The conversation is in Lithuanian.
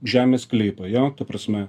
žemės sklypą jo ta prasme